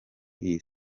iyi